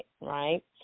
right